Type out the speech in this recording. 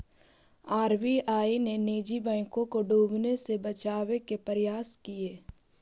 RBI ने निजी बैंकों को डूबने से बचावे के प्रयास किए